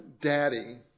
daddy